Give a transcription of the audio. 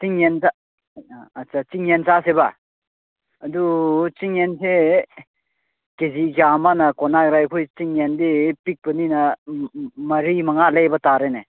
ꯆꯤꯡ ꯌꯦꯟꯗ ꯑꯠꯁꯥ ꯆꯤꯡ ꯌꯦꯟ ꯆꯥꯁꯦꯕ ꯑꯗꯨ ꯆꯤꯡ ꯌꯦꯟꯁꯦ ꯀꯦꯖꯤꯁꯦ ꯑꯃꯅ ꯀꯣꯟꯅꯔꯣꯏ ꯑꯩꯈꯣꯏ ꯆꯤꯡ ꯌꯦꯟꯗꯤ ꯄꯤꯛꯄꯅꯤꯅ ꯃꯔꯤ ꯃꯉꯥ ꯂꯩꯕ ꯇꯥꯔꯦꯅꯦ